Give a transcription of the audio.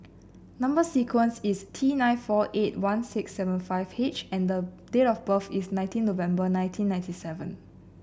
number sequence is T nine four eight one six seven five H and the date of birth is nineteen November nineteen ninety seven